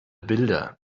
bilder